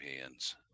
hands